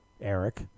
Eric